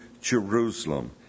Jerusalem